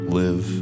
live